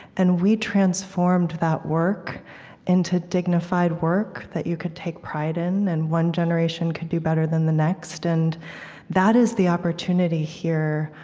and we transformed that work into dignified work that you could take pride in, and one generation could do better than the next. and that is the opportunity here,